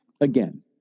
again